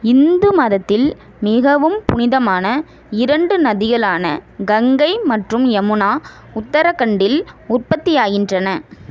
இந்து மதத்தில் மிகவும் புனிதமான இரண்டு நதிகளான கங்கை மற்றும் யமுனா உத்தரகண்டில் உற்பத்தியாகின்றன